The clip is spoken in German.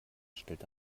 stellte